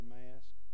mask